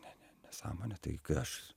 ne ne nesąmonė tai kai aš